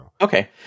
Okay